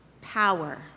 power